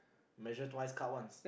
measure twice cut once